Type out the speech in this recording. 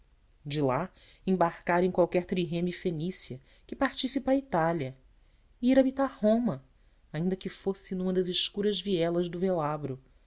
de lá embarcar em qualquer trirreme fenícia que parasse para itália e ir habitar roma ainda que fosse numa das escuras vielas do velabro